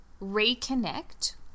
reconnect